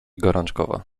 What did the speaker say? gorączkowo